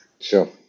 Sure